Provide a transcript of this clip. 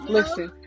Listen